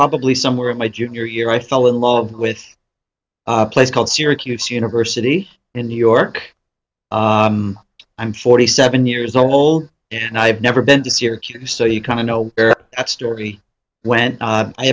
probably somewhere in my junior year i fell in love with a place called syracuse university in new york i'm forty seven years old and i've never been to syracuse so you kind of know that story when